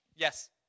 Yes